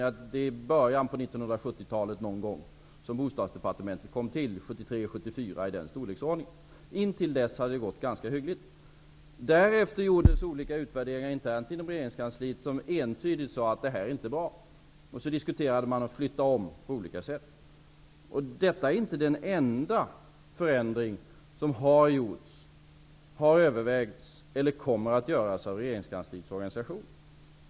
Jag tror att det var 1973 eller 1974. Oskar Lindkvist kan säkert korrigera mig. Fram till dess hade det gått ganska hyggligt. Därefter gjordes olika utvärderingar internt inom regeringskansliet som entydigt sade att det här inte är bra. Man diskuterade olika omflyttningar. Detta är inte den enda förändring av regeringskansliets organisation som har gjorts eller kommer att göras.